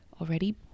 already